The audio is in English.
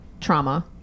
trauma